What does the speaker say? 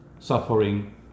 suffering